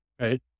right